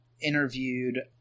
interviewed